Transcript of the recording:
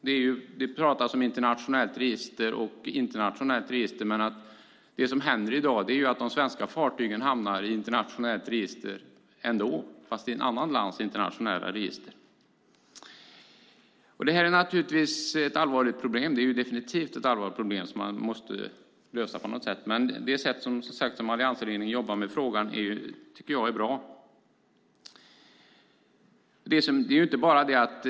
Det talas om ett internationellt register. I dag hamnar svenska fartyg i internationella register, men i andra länders internationella register. Det är ett allvarligt problem som man måste lösa på något sätt. Jag tycker att alliansregeringen jobbar med frågan på ett bra sätt.